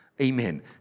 Amen